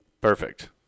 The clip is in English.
Perfect